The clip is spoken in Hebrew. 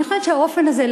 אני חושבת שהאופן הזה,